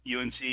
UNC